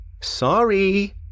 sorry